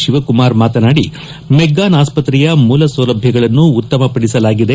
ಶಿವಕುಮಾರ್ ಮಾತನಾಡಿ ಮೆಗ್ಗಾನ್ ಆಸ್ಪತ್ರೆಯ ಮೂಲ ಸೌಲಭ್ಯಗಳನ್ನು ಉತ್ತಮ ಪಡಿಸಲಾಗಿದೆ